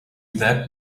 that